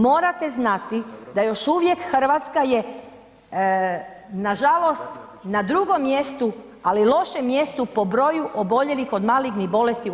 Morate znati da još uvijek Hrvatska je nažalost na drugom mjestu, ali lošem mjestu po broju oboljelih od malignih bolesti u EU.